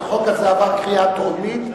החוק הזה עבר קריאה טרומית,